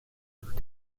durch